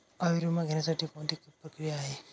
आयुर्विमा घेण्यासाठी कोणती प्रक्रिया आहे?